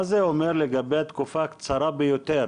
מה זה אומר לגבי תקופה קצרה ביותר